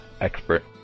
expert